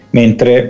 mentre